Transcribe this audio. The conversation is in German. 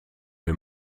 wir